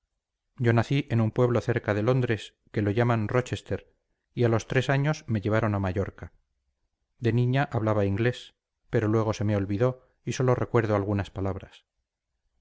yo nací en un pueblo cerca de londres que lo llaman rochester y a los tres años me llevaron a mallorca de niña hablaba inglés pero luego se me olvidó y sólo recuerdo algunas palabras